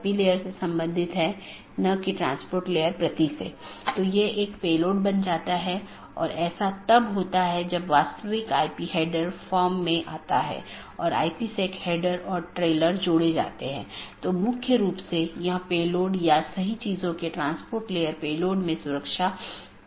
इस प्रकार हमारे पास आंतरिक पड़ोसी या IBGP है जो ऑटॉनमस सिस्टमों के भीतर BGP सपीकरों की एक जोड़ी है और दूसरा हमारे पास बाहरी पड़ोसीयों या EBGP कि एक जोड़ी है